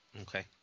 Okay